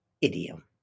idiom